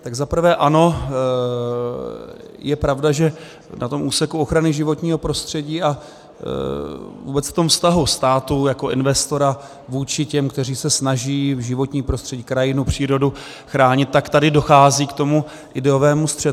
Tak za prvé ano, je pravda, že na úseku ochrany životního prostředí a vůbec v tom vztahu státu jako investora vůči těm, kteří se snaží životní prostředí, krajinu, přírodu chránit, tak tady dochází k ideovému střetu.